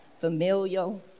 familial